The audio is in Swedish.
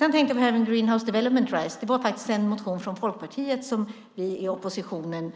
När det gäller Greenhouse Development Rights var det en motion från Folkpartiet som vi i oppositionen